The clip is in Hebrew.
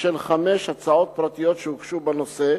של חמש הצעות פרטיות שהוגשו בנושא,